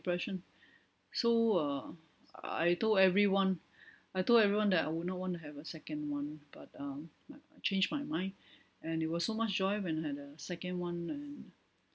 depression so uh I told everyone I told everyone that I would not want to have a second one but um I change my mind and it was so much joy when I had a second one and